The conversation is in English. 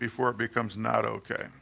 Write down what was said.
before it becomes not ok